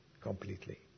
completely